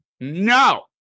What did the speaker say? no